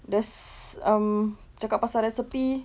there's um cakap pasal recipe